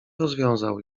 rozwiązał